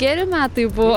geri metai buvo